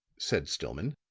said stillman,